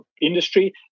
industry